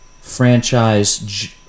franchise